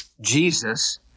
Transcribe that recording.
Jesus